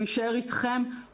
הוא יישאר איתכם,